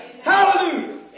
Hallelujah